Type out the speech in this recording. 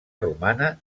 romana